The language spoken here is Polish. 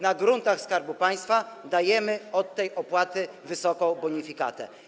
Na gruntach Skarbu Państwa dajemy od tej opłaty wysoką bonifikatę.